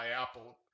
Apple